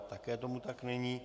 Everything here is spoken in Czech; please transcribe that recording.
Také tomu tak není.